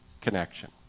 connection